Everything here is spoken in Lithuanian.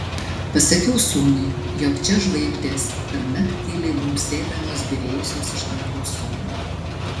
pasakiau sūnui jog čia žvaigždės pernakt tyliai bumbsėdamos byrėjusios iš dangaus sodų